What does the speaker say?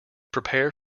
prepare